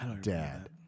dad